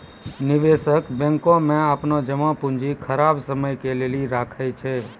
निवेशक बैंको मे अपनो जमा पूंजी खराब समय के लेली राखै छै